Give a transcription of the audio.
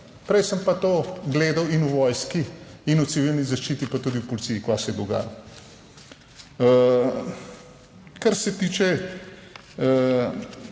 prej sem pa to gledal in v vojski in v civilni zaščiti, pa tudi v policiji, kaj se je dogajalo. Kar se tiče,